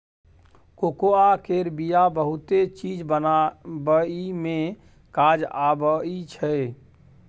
cocoa केर बिया बहुते चीज बनाबइ मे काज आबइ छै